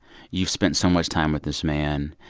you've spent so much time with this man.